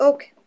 Okay